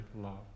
love